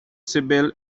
sibyl